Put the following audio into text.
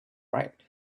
right